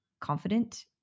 confident